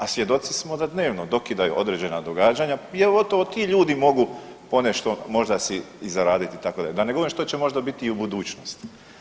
A svjedoci smo da dnevno dokidaju određena događanja i evo gotovo ti ljudi mogu ponešto možda si i zaraditi itd., da ne govorim što će možda biti i u budućnosti.